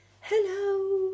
hello